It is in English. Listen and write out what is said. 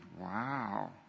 Wow